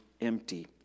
empty